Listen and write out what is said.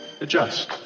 adjust